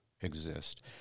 exist